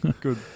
Good